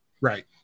Right